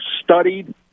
studied